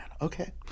Okay